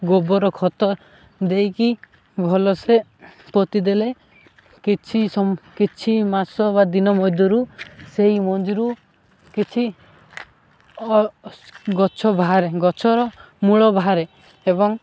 ଗୋବର ଖତ ଦେଇକି ଭଲ ସେ ପୋତିଦେଲେ କିଛି କିଛି ମାସ ବା ଦିନ ମଧ୍ୟରୁ ସେଇ ମଞ୍ଜିରୁ କିଛି ଗଛ ବାହାରେ ଗଛର ମୂଳ ବାହାରେ ଏବଂ